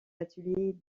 ateliers